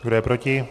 Kdo je proti?